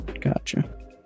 Gotcha